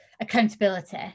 accountability